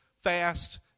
fast